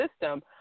system